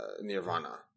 nirvana